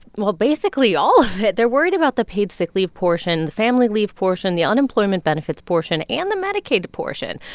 well, basically all of it. they're worried about the paid sick leave portion, the family leave portion, the unemployment benefits portion and the medicaid portion.